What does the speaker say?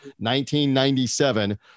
1997